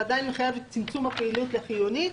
זה עדיין מחייב את צמצום הפעילות החיונית,